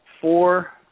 four